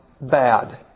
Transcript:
bad